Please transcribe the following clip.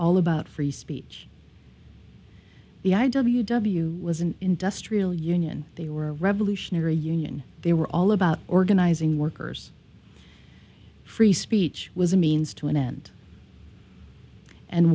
all about free speech the i w w was an industrial union they were a revolutionary union they were all about organizing workers free speech was a means to an end and